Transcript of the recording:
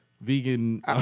vegan